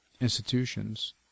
institutions